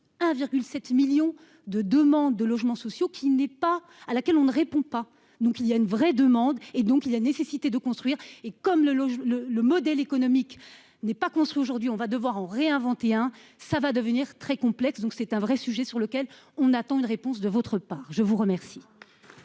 1,7 millions de demandes de logements sociaux qu'qui n'est pas à laquelle on ne répond pas donc il y a une vraie demande et donc il y a nécessité de construire et comme le le le le modèle économique n'est pas qu'on soit aujourd'hui on va devoir réinventer hein ça va devenir très complexe. Donc c'est un vrai sujet sur lequel on attend une réponse de votre part, je vous remercie.